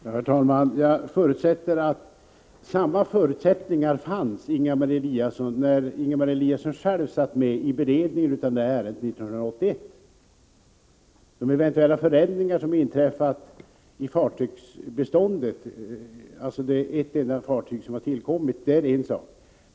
Herr talman! Jag utgår ifrån att samma förutsättningar som i dag råder också fanns när Ingemar Eliasson 1981 själv satt med i beredningen av ärendet om fartgränser. De förändringar som inträffat i fartygsbeståndet— ett enda fartyg har tillkommit — är en sak.